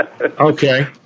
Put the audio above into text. Okay